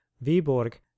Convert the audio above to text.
Viborg